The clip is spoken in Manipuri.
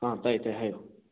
ꯑꯥ ꯇꯥꯏꯌꯦ ꯇꯥꯏꯌꯦ ꯍꯥꯏꯌꯣ